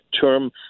term